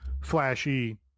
flashy